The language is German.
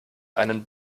einen